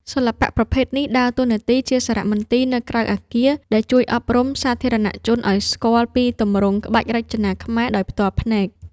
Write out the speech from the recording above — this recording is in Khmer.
សិល្បៈប្រភេទនេះដើរតួនាទីជាសារមន្ទីរនៅក្រៅអគារ ដែលជួយអប់រំសាធារណជនឱ្យស្គាល់ពីទម្រង់ក្បាច់រចនាខ្មែរដោយផ្ទាល់ភ្នែក។